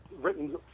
written